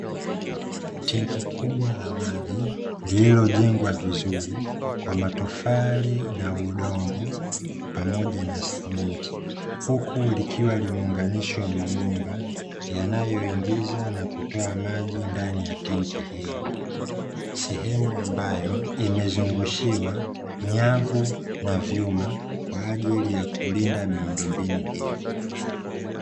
Tenki kubwa la maji lililojengwa vizuri kwa matofali na udongo pamoja na sementi, huku likiwa limeunganishwa mabomba yanayoingiza na kutoa maji ndani ya tenki hilo. Sehemu ambayo imezungushiwa nyavu na vyuma kwa ajili ya kulinda miundombinu hiyo.